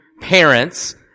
parents